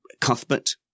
Cuthbert